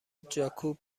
جاکوب